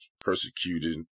persecuted